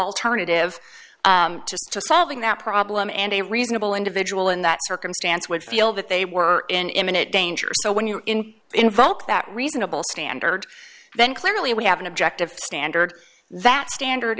alternative to solving that problem and a reasonable individual in that circumstance would feel that they were in imminent danger so when you're in invoke that reasonable standard then clearly we have an objective standard that standard